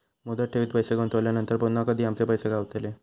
मुदत ठेवीत पैसे गुंतवल्यानंतर पुन्हा कधी आमचे पैसे गावतले?